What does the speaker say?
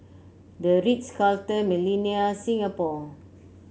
The Ritz Carlton Millenia Singapore